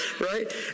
Right